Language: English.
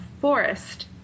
Forest